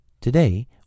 Today